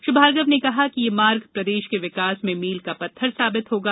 श्री भार्गव ने कहा कि ये मार्ग प्रदेश के विकास में मील का पत्थर साबित होगा